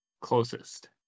closest